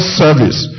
service